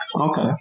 Okay